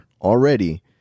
already